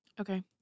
Okay